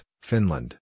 Finland